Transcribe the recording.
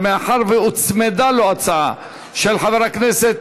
אבל מאחר שהוצמדה להצעתו הצעה של חבר הכנסת